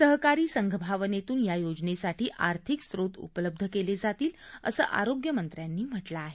सहकारी संघभावनेतून या योजनेसाठी आर्थिक स्रोत उपलब्ध केले जातील असं आरोग्यमंत्र्यांनी म्हटलं आहे